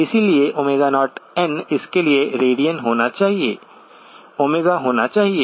इसलिए 0n इसके लिए रेडियन होना चाहिए ω होना चाहिए